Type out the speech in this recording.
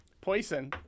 Poison